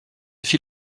fil